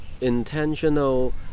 intentional